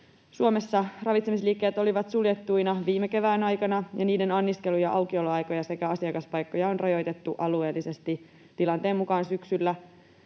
Suomessa ravitsemisliikkeet olivat suljettuina viime kevään aikana, ja niiden anniskelu‑ ja aukioloaikoja sekä asiakaspaikkoja on rajoitettu alueellisesti tilanteen mukaan syksyllä